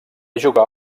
jugà